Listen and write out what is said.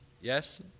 Yes